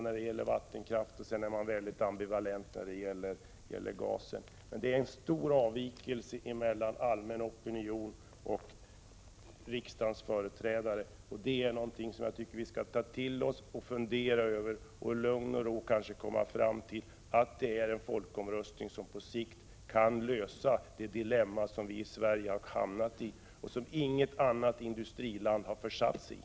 När det gäller vattenkraft är situationen den omvända, medan man i fråga om gasen är mycket ambivalent. Det råder alltså en stor avvikelse mellan den allmänna opinionens och riksdagsföreträdarnas uppfattning. Det är något som jag tycker att vi skall beakta. Om vi får fundera över detta i lungn och ro, kanske vi kommer fram till att det är en folkomröstning som på sikt kan lösa det dilemma som vi i Sverige har hamnat i — ett dilemma som inget annat industriland har försatt sig i.